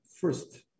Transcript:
First